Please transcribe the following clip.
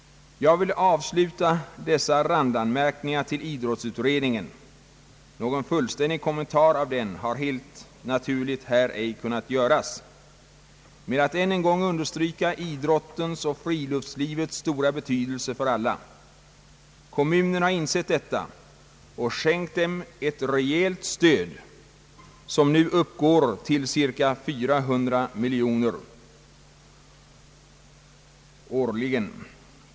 Jag vill avsluta dessa randanmärkningar till idrottsutredningen — någon fullständig kommentar av den har helt naturligt här ej kunnat göras — med att än en gång understryka idrottens och friluftslivets stora betydelse för alla. Kommunerna har insett detta och skänkt dem ett rejält stöd, som nu uppgår till cirka 400 miljoner kronor årligen.